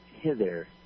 hither